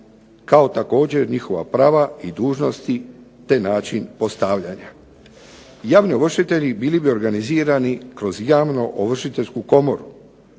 kao također njihova prava i dužnosti, te način postavljanja. Javni overšitelji bili bi organizirani kroz Javno ovršiteljsku komoru.